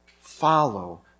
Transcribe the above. Follow